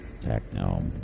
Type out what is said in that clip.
Techno